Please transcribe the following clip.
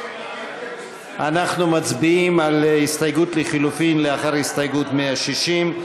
אנחנו מצביעים על הסתייגות לחלופין לאחר הסתייגות 160,